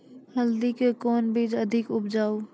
हल्दी के कौन बीज अधिक उपजाऊ?